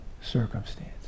circumstance